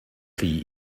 chi